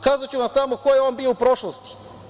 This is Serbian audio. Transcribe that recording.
Kazaću vam samo ko je on bio u prošlosti.